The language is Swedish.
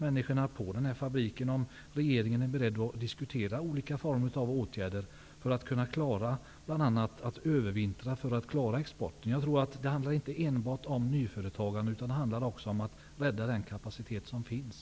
Människorna på fabriken undrar om regeringen är beredd att diskutera olika former av åtgärder för att företaget skall kunna övervintra, för att klara bl.a. exporten. Det handlar inte enbart om nyföretagande, utan också om att rädda den kapacitet som finns.